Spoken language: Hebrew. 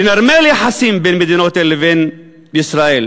לנרמל יחסים בין מדינות אלה לבין ישראל.